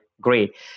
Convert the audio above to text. Great